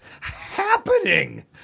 happening